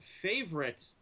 favorite